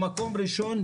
למקום ראשון,